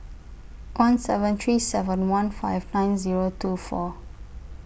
one seven three seven one five nine Zero two four